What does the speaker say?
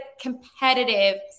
competitive